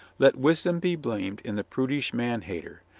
let wisdom be blamed in the prudish man-hater,